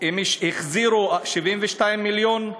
החזירו 72 מיליון.